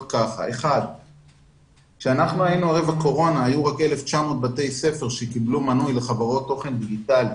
1. ערב הקורונה היו רק 900 בתי ספר שקיבלו מנוי לחברות תוכן דיגיטלי.